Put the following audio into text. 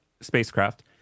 spacecraft